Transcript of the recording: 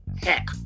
heck